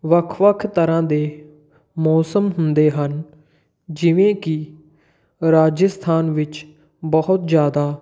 ਵੱਖ ਵੱਖ ਤਰਾਂ ਦੇ ਮੌਸਮ ਹੁੰਦੇ ਹਨ ਜਿਵੇਂ ਕਿ ਰਾਜਸਥਾਨ ਵਿੱਚ ਬਹੁਤ ਜ਼ਿਆਦਾ